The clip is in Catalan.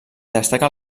destaca